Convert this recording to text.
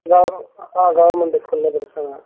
ஆ government ஸ்கூலில் படித்தாங்க